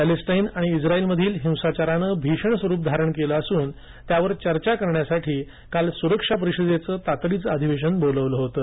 Palestine आणि इस्रायलमधील हिंसाचारानं भीषण स्वरूप धारण केलं असून त्यावर चर्चा करण्यासाठी त्यांनी काल सुरक्षा परिषदेचं तातडीचं अधिवेशन बोलावलं होतं